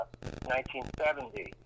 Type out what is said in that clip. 1970